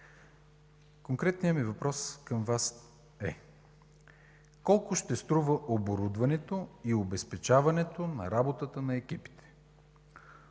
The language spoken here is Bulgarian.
Конкретният ми въпрос към Вас е: колко ще струва оборудването и обезпечаването на работата на екипите?